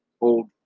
Old